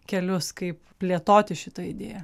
kelius kaip plėtoti šitą idėją